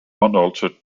unaltered